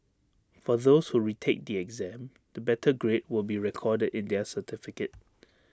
for those who retake the exam the better grade will be recorded in their certificate